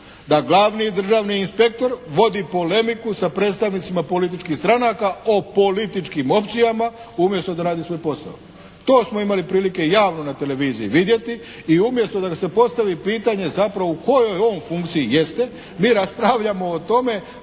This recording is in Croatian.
da glavni državni inspektor vodi polemiku sa predstavnicima političkih stranaka o političkim opcijama umjesto da radi svoj posao. To smo imali prilike javno na televiziji vidjeti i umjesto da se postavi pitanje zapravo u kojoj on funkciji jeste, mi raspravljamo o tome